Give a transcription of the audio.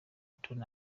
tony